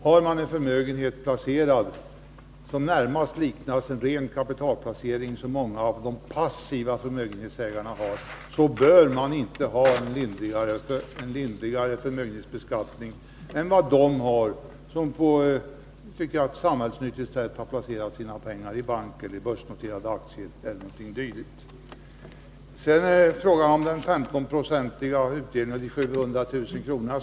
Har man en förmögenhet placerad på ett sådant sätt att det närmast liknar en kapitalplacering, så som många av de passiva förmögenhetsägarna har, bör man inte ha en lindrigare förmögenhetsbeskattning än de som på ett samhällsnyttigt sätt placerat sina pengar i bank eller i börsnoterade aktier e.d. Sedan är det fråga om den 15-procentiga utdelningen och om de 700 000 kronorna.